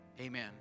Amen